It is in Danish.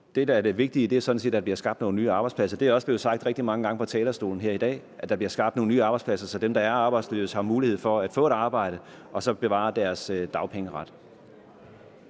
det, der er det vigtige, sådan set er, at der bliver skabt nogle nye arbejdspladser. Det er også blevet sagt rigtig mange gange fra talerstolen her i dag: at der bliver skabt nogle nye arbejdspladser, så dem, der er arbejdsløse, har mulighed for at få et arbejde og så bevare deres dagpengeret.